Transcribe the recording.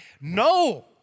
No